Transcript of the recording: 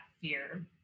fear